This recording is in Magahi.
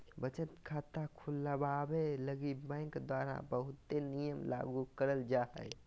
बचत खाता खुलवावे लगी बैंक द्वारा बहुते नियम लागू करल जा हय